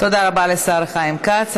תודה רבה לשר חיים כץ.